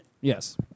Yes